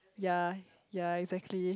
yea yea exactly